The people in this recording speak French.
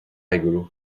rigolo